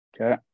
Okay